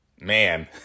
man